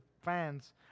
fans